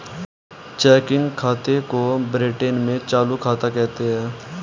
checking खाते को Britain में चालू खाता कहते हैं